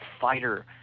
fighter